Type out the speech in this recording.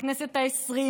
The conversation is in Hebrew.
מהכנסת העשרים.